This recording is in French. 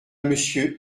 monsieur